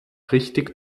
richtig